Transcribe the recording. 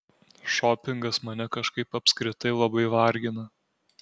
šopingas mane kažkaip apskritai labai vargina